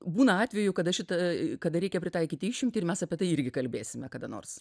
būna atvejų kada šitą kada reikia pritaikyti išimtį ir mes apie tai irgi kalbėsim kada nors